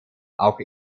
auch